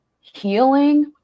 healing